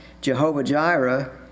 Jehovah-Jireh